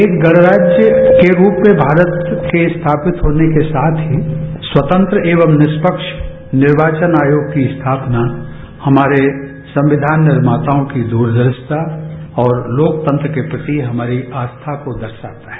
एक गणराज्य के रूप में भारत के स्थापित होने के साथ ही स्वतंत्र एवं निष्पक्ष निर्वाचन आयोग की स्थापना हमारे संक्रियान निर्माताओं की दूरदर्शिता और लोकतंत्र के प्रति हमारी आस्था को दर्शाता है